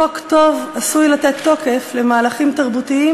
חוק טוב עשוי לתת תוקף למהלכים תרבותיים